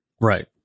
Right